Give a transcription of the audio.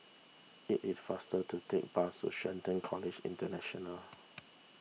it is faster to take bus to Shelton College International